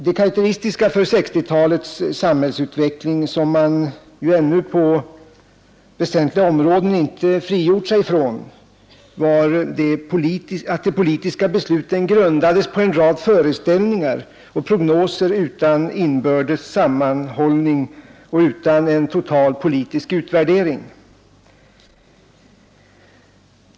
Det karakteristiska för 1960-talets samhällsutveckling, som man ännu på väsentliga områden inte har frigjort sig från, var att de politiska besluten grundades på en rad föreställningar och prognoser utan inbördes sammanhållning och utan en total politisk utvärdering.